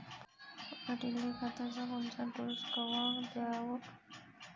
पऱ्हाटीले खताचा कोनचा डोस कवा द्याव?